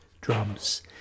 drums